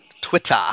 Twitter